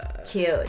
Cute